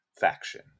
faction